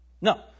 No